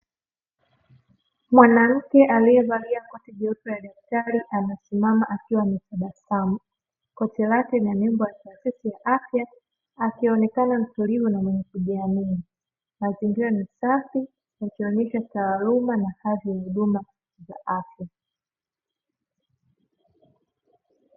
Mwanamke aliyevalia koti jeupe la daktari, amesimama akiwa ametabasamu. Koti lake lina nembo ya taasisi ya afya, akionekana mtulivu na mwenye kujiamini. Mazingira ni safi, yakionesha taaluma na hadhi ya huduma za afya.